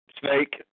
Snake